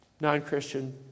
non-Christian